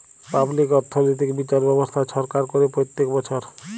public অথ্থলৈতিক বিচার ব্যবস্থা ছরকার ক্যরে প্যত্তেক বচ্ছর